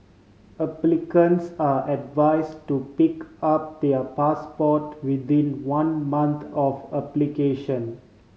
applicants are advise to pick up their passport within one month of application